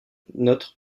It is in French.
notre